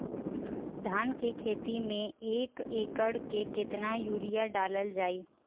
धान के खेती में एक एकड़ में केतना यूरिया डालल जाई?